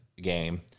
game